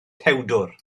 tewdwr